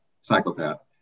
psychopath